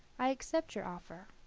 i accept your offer.